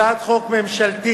הצעת חוק ממשלתית,